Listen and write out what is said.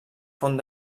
font